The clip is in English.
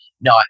No